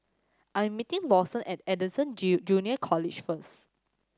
I am meeting Lawson at Anderson Junior College first